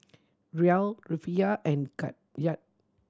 Riel Rufiyaa and Kyat